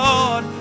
Lord